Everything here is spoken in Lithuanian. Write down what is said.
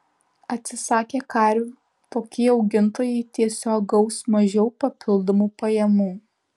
atsisakę karvių tokie augintojai tiesiog gaus mažiau papildomų pajamų